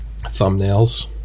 Thumbnails